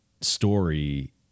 story